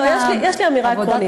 יש לי אמירה עקרונית,